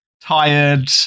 tired